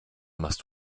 machst